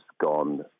gone